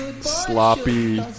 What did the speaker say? sloppy